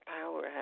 power